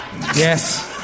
Yes